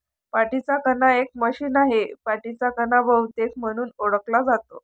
पाठीचा कणा एक मशीन आहे, पाठीचा कणा बहुतेक म्हणून ओळखला जातो